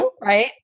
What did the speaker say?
right